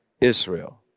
Israel